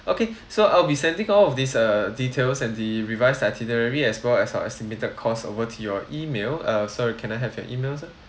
okay so I'll be sending all of this uh details and the revised itinerary as well as our estimated costs over to your email uh sorry can I have your emails sir